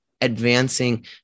advancing